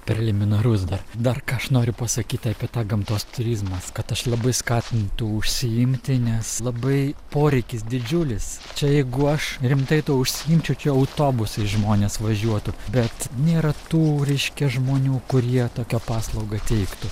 preliminarus dar dar ką aš noriu pasakyt apie tą gamtos turizmas kad aš labai skatintų užsiimti nes labai poreikis didžiulis čia jeigu aš rimtai tuo užsiimčiau čia autobusais žmonės važiuotų bet nėra tų reiškia žmonių kurie tokią paslaugą teiktų